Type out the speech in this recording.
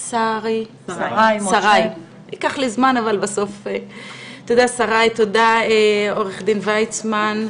שריי, תודה עו"ד ויסמן,